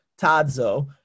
tadzo